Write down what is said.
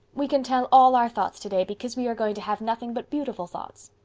we can tell all our thoughts today because we are going to have nothing but beautiful thoughts.